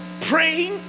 praying